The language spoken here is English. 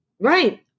right